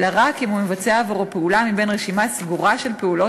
אלא רק אם הוא מבצע עבורו פעולה מתוך רשימה סגורה של פעולות